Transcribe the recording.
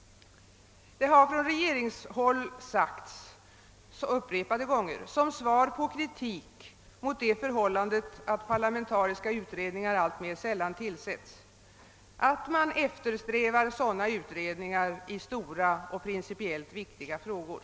Det har från regeringshåll framhållits upprepade gånger, som svar på kritik mot det förhållandet att parlamen-' tariska utredningar alltmer sällan förekommer, att sådana utredningar främst bör tillsättas i stora och principiellt viktiga frågor.